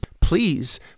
please